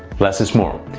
less is more.